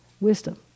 wisdom